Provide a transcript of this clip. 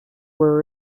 were